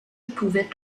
pouvait